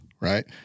right